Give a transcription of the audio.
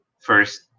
first